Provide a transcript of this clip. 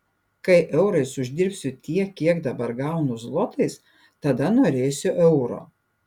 kai eurais uždirbsiu tiek kiek dabar gaunu zlotais tada norėsiu euro